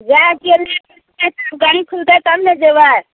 जाइ छियै ओन्नी पुछतै तऽ गड़ी खुलतै तब ने जेबै